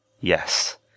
Yes